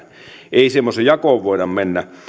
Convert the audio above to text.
ei semmoiseen jakoon voida mennä